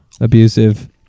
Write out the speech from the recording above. Abusive